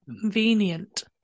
Convenient